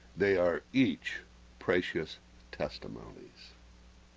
they are each precious testimonies